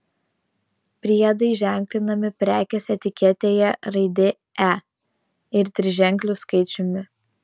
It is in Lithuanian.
priedai ženklinami prekės etiketėje raidė e ir triženkliu skaičiumi